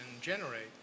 generate